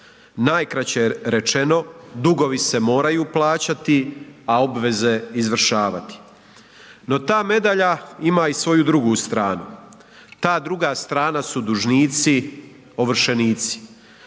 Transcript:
Najkraće rečeno dugovi se moraju plaćati, a obveze izvršavati. No ta medalja ima i svoju drugu stranu, ta druga strana su dužnici, ovršenici.